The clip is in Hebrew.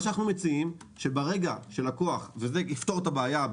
אנחנו מציעים פתרון שיפתור את רוב הבעיה,